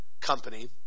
company